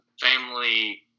family